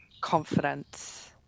confidence